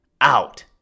out